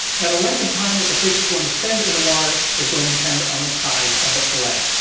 now the length of time that the fish is going to spend in the water is going to depend on the size of the filet.